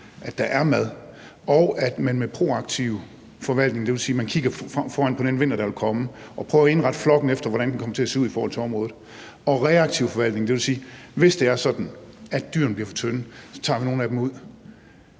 at der er mad, og at man med proaktiv forvaltning, det vil sige, at man kigger frem mod den vinter, der vil komme, prøver at indrette flokken, efter hvordan den kan komme til at se ud i forhold til området, og at man prøver at skabe gode forhold med reaktiv forvaltning, det vil sige, at man, hvis dyrene bliver for tynde, så tager nogle af dem ud?